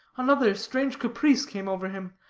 another strange caprice came over him,